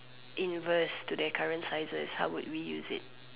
inverse to their current sizes how would we use it